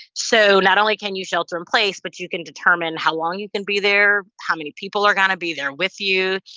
so not only can you shelter in place, but you can determine how long you can be there, how many people are going to be there with you.